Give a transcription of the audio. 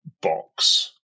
box